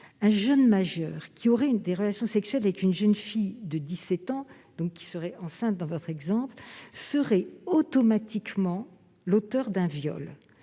un jeune majeur qui aurait une des relations sexuelles avec une jeune fille de 17 ans, enceinte, par exemple, serait automatiquement l'auteur d'un viol.